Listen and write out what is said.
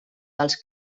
dels